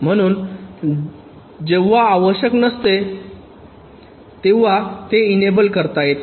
म्हणून जेव्हा आवश्यक नसते तेव्हा मी ते इनेबल करत नाही